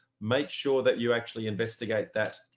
make sure that you actually investigate that,